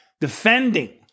defending